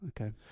Okay